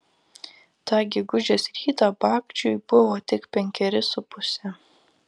tą gegužės rytą bagdžiui buvo tik penkeri su puse